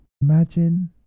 Imagine